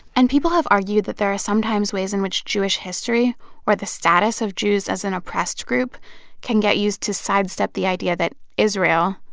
and people have argued that there are sometimes ways in which jewish history or the status of jews as an oppressed group can get used to sidestep the idea that israel,